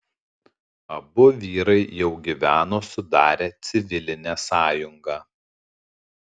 abu vyrai jau gyveno sudarę civilinę sąjungą